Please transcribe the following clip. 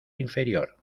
inferior